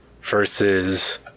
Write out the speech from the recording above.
versus